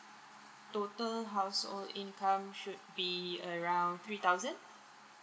total household income should be around three thousand